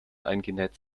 eingenäht